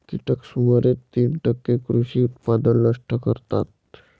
कीटक सुमारे तीस टक्के कृषी उत्पादन नष्ट करतात